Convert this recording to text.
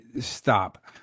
stop